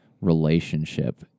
relationship